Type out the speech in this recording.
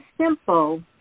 simple